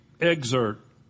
excerpt